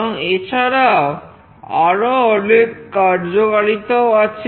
এবং এছাড়াও আরো অনেক কার্যকারিতাও আছে